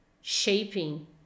shaping